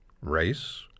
race